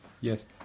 Yes